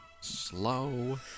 slow